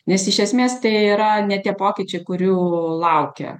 nes iš esmės tai yra ne tie pokyčiai kurių laukia